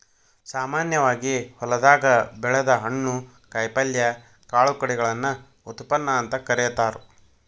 ಸಾಮಾನ್ಯವಾಗಿ ಹೊಲದಾಗ ಬೆಳದ ಹಣ್ಣು, ಕಾಯಪಲ್ಯ, ಕಾಳು ಕಡಿಗಳನ್ನ ಉತ್ಪನ್ನ ಅಂತ ಕರೇತಾರ